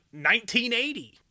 1980